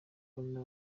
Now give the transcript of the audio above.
bana